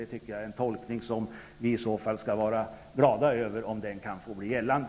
Det tycker jag är en tolkning som vi i så fall skall vara glada över om den kan få bli gällande.